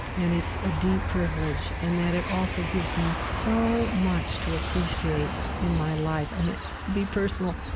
and it's a deep privilege, and that it also gives me so much to appreciate in my life. i mean, to be personal,